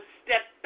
step